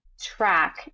track